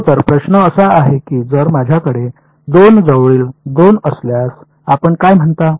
हो तर प्रश्न असा आहे की जर माझ्याकडे 2 जवळील 2 असल्यास आपण काय म्हणता